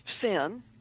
sin